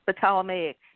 Ptolemaic